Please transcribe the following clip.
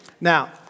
Now